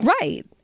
Right